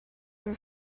were